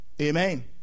Amen